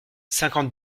cinquante